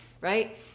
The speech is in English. Right